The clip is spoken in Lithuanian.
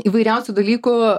įvairiausių dalykų